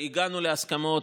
הגענו להסכמות,